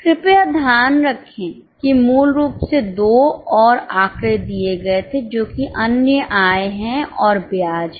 कृपया ध्यान रखें कि मूल रूप से दो और आंकड़े दिए गए थे जो कि अन्य आय हैं और ब्याज है